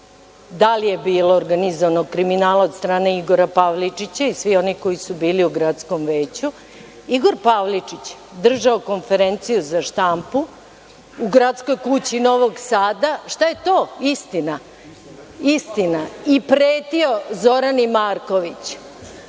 da li je bilo organizovanog kriminala od strane Igora Pavličića i svih onih koji su bili u gradskom veću, Igor Pavličić držao konferenciju za štampu u Gradskoj kući Novog Sada. Šta je to? To je istina i pretio Zorani Marković.